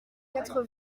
quatre